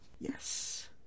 Yes